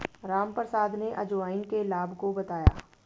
रामप्रसाद ने अजवाइन के लाभ को बताया